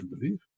believe